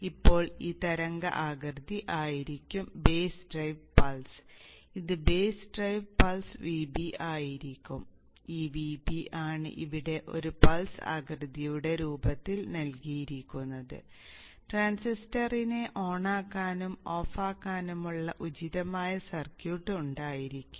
ഇപ്പോൾ ഈ തരംഗ ആകൃതി ആയിരിക്കും ബേസ് ഡ്രൈവ് പൾസ് ഇത് ബേസ് ഡ്രൈവ് പൾസ് Vb ആയിരിക്കും ഈ Vb ആണ് ഇവിടെ ഒരു പൾസ് ആകൃതിയുടെ രൂപത്തിൽ നൽകിയിരിക്കുന്നത് ട്രാൻസിസ്റ്ററിനെ ഓണാക്കാനും ഓഫാക്കാനുമുള്ള ഉചിതമായ സർക്യൂട്ട് ഉണ്ടായിരിക്കും